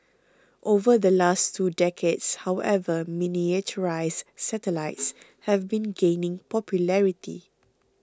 over the last two decades however miniaturised satellites have been gaining popularity